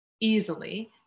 easily